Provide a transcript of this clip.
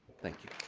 thank you.